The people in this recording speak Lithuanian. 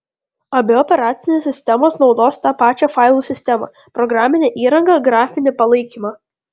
abi operacinės sistemos naudos tą pačią failų sistemą programinę įrangą grafinį palaikymą